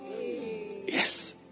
Yes